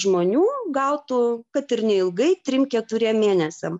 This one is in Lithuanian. žmonių gautų kad ir neilgai trim keturiem mėnesiam